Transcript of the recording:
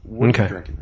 Okay